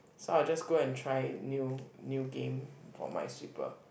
so I'll just go and try new new game for my sweeper